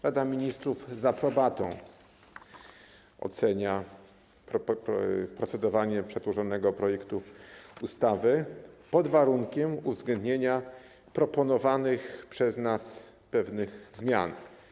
Rada Ministrów z aprobatą ocenia procedowanie nad przedłożonym projektem ustawy, pod warunkiem uwzględnienia proponowanych przez nas pewnych zmian.